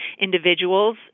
individuals